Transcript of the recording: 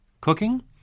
cooking